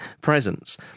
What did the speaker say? presence